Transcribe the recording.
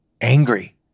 angry